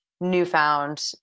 newfound